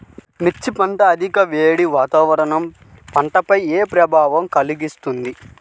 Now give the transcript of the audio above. మిర్చి పంట అధిక వేడి వాతావరణం పంటపై ఏ ప్రభావం కలిగిస్తుంది?